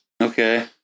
Okay